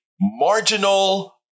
marginal